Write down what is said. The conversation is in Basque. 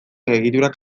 egiturak